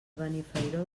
benifairó